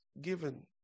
given